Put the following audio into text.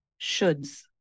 shoulds